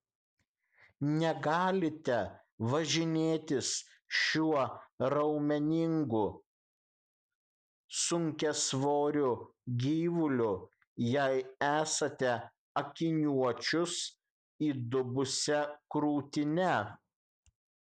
negalite važinėtis šiuo raumeningu sunkiasvoriu gyvuliu jei esate akiniuočius įdubusia krūtine